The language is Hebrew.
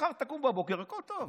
מחר תקום בבוקר, הכול טוב.